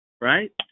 right